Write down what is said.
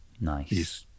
Nice